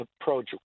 approach